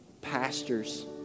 pastors